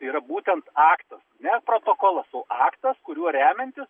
tai yra būtent aktas ne protokolas o aktas kuriuo remiantis